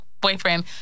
boyfriend